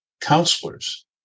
counselors